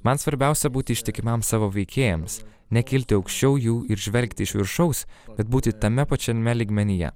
man svarbiausia būti ištikimam savo veikėjam nekilti aukščiau jų ir žvelgti iš viršaus bet būti tame pačiame lygmenyje